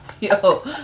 Yo